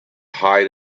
height